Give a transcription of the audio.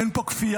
אין פה כפייה,